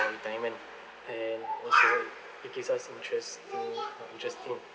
for retirement and also it gives us interests to interests in